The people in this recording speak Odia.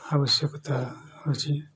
ଆବଶ୍ୟକତା ଅଛି